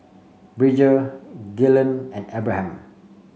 Bridger Gaylon and Abraham